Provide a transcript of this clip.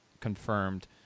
confirmed